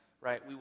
Right